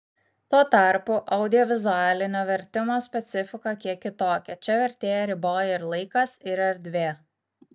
tuo tarpu audiovizualinio vertimo specifika kiek kitokia čia vertėją riboja ir laikas ir erdvė